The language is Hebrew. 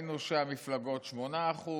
וראינו שהמפלגות, 8%,